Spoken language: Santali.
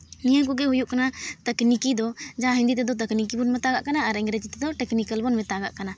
ᱱᱤᱭᱟᱹ ᱠᱚᱜᱮ ᱦᱩᱭᱩᱜ ᱠᱟᱱᱟ ᱛᱚᱠᱱᱤᱠᱤ ᱫᱚ ᱡᱟᱦᱟᱸ ᱦᱤᱱᱫᱤ ᱛᱮᱫᱚ ᱛᱚᱠᱱᱤᱠᱤ ᱵᱚᱱ ᱢᱮᱛᱟᱜ ᱠᱟᱱᱟ ᱟᱨ ᱤᱝᱨᱮᱡᱤ ᱛᱮᱫᱚ ᱴᱮᱠᱱᱤᱠᱮᱞ ᱵᱚᱱ ᱢᱮᱛᱟᱜᱟᱜ ᱠᱟᱱᱟ